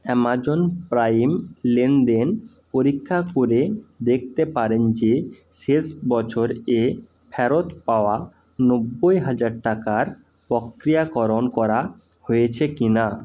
Amazon prime লেনদেন পরীক্ষা করে দেখতে পারেন যে শেষ বছর এ ফেরত পাওয়া নব্বই হাজার টাকার পক্রিয়াকরণ করা হয়েছে কি না